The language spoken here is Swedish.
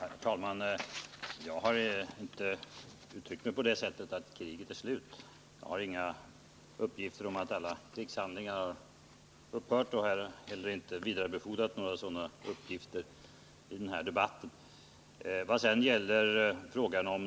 Herr talman! Jag har inte uttryckt mig på det sättet att kriget skulle vara slut. Jag har inga uppgifter om att alla krigshandlingar har upphört, och jag har heller inte vidarebefordrat några sådana uppgifter i denna debatt.